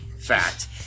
fact